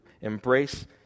embrace